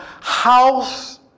house